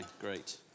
great